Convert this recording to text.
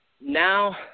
Now